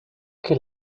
que